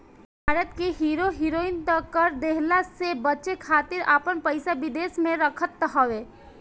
भारत के hero heroine त कर देहला से बचे खातिर आपन पइसा विदेश में रखत हवे